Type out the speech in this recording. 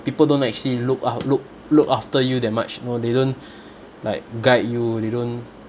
people don't actually look af~ look look after you that much or they don't like guide you they don't